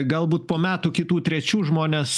galbūt po metų kitų trečių žmonės